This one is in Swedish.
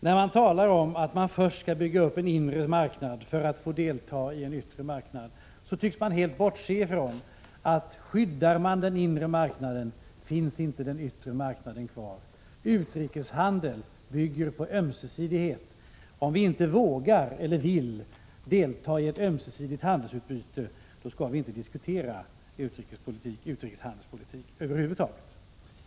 När man talar om att man först skall bygga upp en inre marknad för att få delta i en yttre marknad, tycks man helt bortse från att om man skyddar den inre marknaden, finns inte den yttre marknaden kvar. Utrikeshandel bygger på ömsesidighet. Om vi inte vågar eller vill delta i ett ömsesidigt handelsutbyte, skall vi inte diskutera utrikeshandelspolitik över huvud taget.